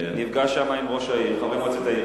ונפגש שם עם ראש העיר וחברי מועצת העיר.